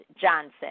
Johnson